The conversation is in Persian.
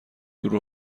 دور